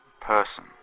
person